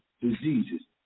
diseases